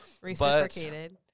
Reciprocated